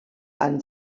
amb